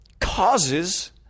causes